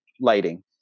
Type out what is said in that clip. lighting